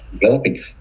developing